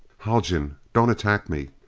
haljan! don't attack me.